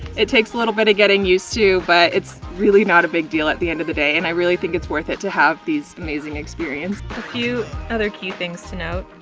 it takes a little bit of getting used to, but it's really not a big deal at the end of the day. and i really think it's worth it to have these amazing experience. a few other key things to note,